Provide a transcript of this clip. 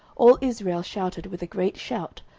all israel shouted with a great shout,